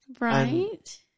Right